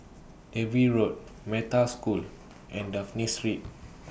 Dalvey Road Metta School and Dafne Street